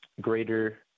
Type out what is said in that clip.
greater